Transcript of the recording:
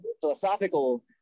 philosophical